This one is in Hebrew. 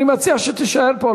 אני מציע שתישאר פה.